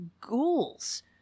ghouls